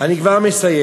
אני כבר מסיים.